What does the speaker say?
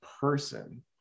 person